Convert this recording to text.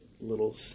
little